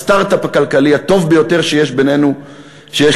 הסטרט-אפ הכלכלי הטוב ביותר שיש לנו פה,